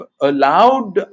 allowed